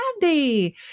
candy